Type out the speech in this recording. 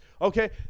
okay